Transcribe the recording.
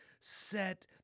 set